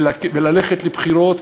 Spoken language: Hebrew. וצריך ללכת לבחירות.